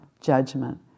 judgment